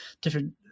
different